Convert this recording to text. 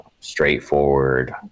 straightforward